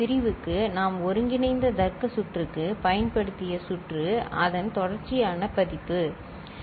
பிரிவுக்கு நாம் ஒருங்கிணைந்த தர்க்க சுற்றுக்கு பயன்படுத்திய சுற்று அதன் தொடர்ச்சியான பதிப்பு சரி